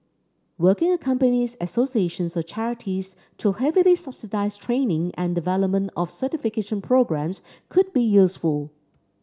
working with companies associations or charities to heavily subsidise training and development of certification programmes could be useful